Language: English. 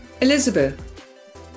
elizabeth